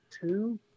two